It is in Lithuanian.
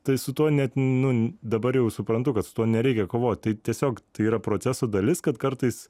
tai su tuo net nu dabar jau suprantu kad su tuo nereikia kovot tai tiesiog tai yra proceso dalis kad kartais